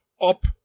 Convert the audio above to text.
up